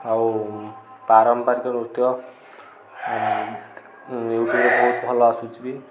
ଆଉ ପାରମ୍ପାରିକ ନୃତ୍ୟ ୟୁଟ୍ୟୁବ୍ରେ ବହୁତ୍ ଭଲ ଆସୁଛି ବି